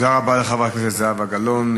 תודה רבה לחברת הכנסת זהבה גלאון.